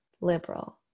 liberal